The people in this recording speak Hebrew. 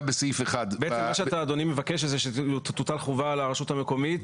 גם בסעיף 1. אתה מבקש שתוטל חובה על הרשות המקומית.